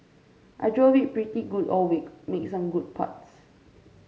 I drove it pretty good all week made some good putts